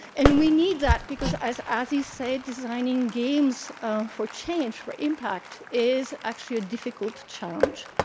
and we need that, because as asi said, designing games for change for impact, is actually a difficult challenge.